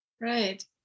Right